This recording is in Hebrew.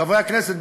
חברי הכנסת,